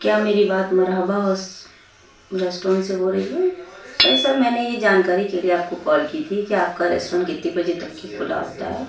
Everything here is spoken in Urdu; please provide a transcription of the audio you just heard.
کیا میری بات مرحبا ریسٹورینٹ سے ہو رہی ہے نہیں سر میں نے یہ جانکاری کے لیے آپ کو کال کی تھی کہ آپ کا ریسٹورینٹ کتنے بجے تک کُھلا ہوتا ہے